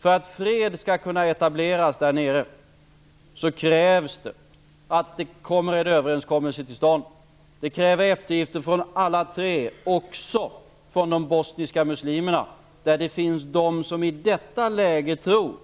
För att fred skall kunna etableras -- detta är fakta -- krävs en överenskommelse. Samtliga tre parter måste göra eftergifter. Det gäller således även de bosniska muslimerna, där det finns de som i detta läge tror